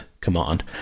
command